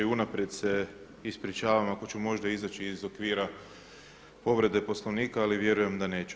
I unaprijed se ispričavam ako ću možda izaći iz okvira povrede Poslovnika ali vjerujem da neću.